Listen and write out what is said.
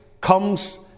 comes